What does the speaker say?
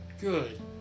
Good